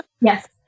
Yes